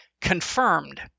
confirmed